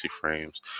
frames